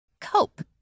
Cope